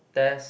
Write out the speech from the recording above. test